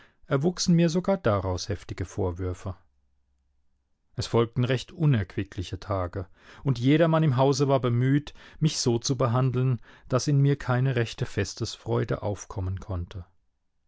erwuchsen mir sogar daraus heftige vorwürfe es folgten recht unerquickliche tage und jedermann im hause war bemüht mich so zu behandeln daß in mir keine rechte festesfreude aufkommen konnte